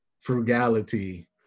frugality